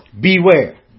Beware